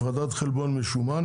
הפרדת חלבון משומן,